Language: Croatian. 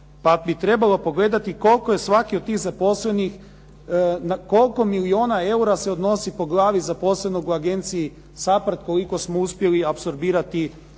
pa bi trebalo pogledati koliko je svaki od tih zaposlenih, na koliko milijuna eura se odnosi po glavi zaposlenog u agenciji SAPARD koliko smo uspjeli apsorbirati sredstava